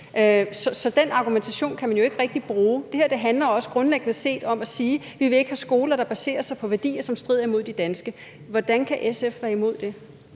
Så den argumentation kan man jo ikke rigtig bruge, og det her handler også grundlæggende set om at sige, at vi ikke vil have skoler, der baserer sig på værdier, som strider imod de danske. Hvordan kan SF være imod det?